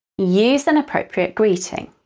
use an appropriate greeting.